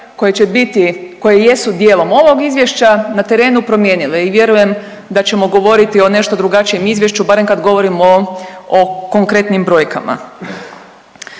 koje će biti, koje jesu dijelom ovog izvješća na terenu promijenile i vjerujem da ćemo govoriti o nešto drugačijem izvješću barem kad govorimo o konkretnim brojkama.